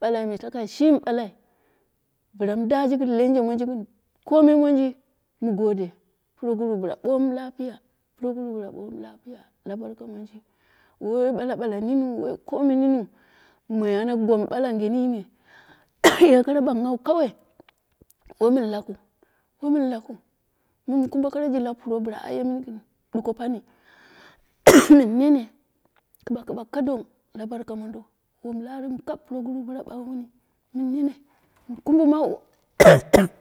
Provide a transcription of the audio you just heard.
balai takai shimi balai bila min daaji gɨn lemje monji gɨn komi monji, mu gode, proguru bila bomu lapiya proguru bila bomu lapiya la burka monji wai bala baila nin wai komi niniu moi ana gom bala gɨn yime ye kara banghawa kawai, wamiu lakiu, womin lakiu mun kumbe kara proguru aye mini gɨn duko pani nene kɨba kibak ka don la barka mondo mun la armu kap proguru bila bagh muni nene mun kumbi mai dini.